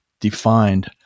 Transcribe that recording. defined